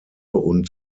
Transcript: und